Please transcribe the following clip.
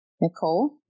Nicole